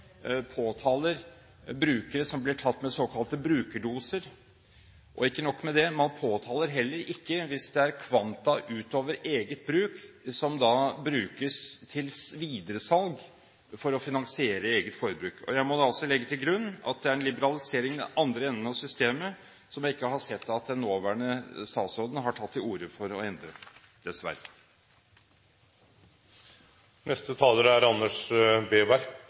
påtaler brukere som blir tatt med såkalte brukerdoser. Og ikke nok med det, man påtaler det heller ikke hvis det er kvanta utover eget forbruk – som da brukes til videresalg for å finansiere eget forbruk. Jeg må altså legge til grunn at det er en liberalisering i den andre enden av systemet, som jeg ikke har sett at den nåværende statsråden har tatt til orde for å endre – dessverre. Det er